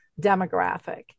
demographic